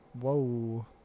Whoa